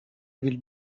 will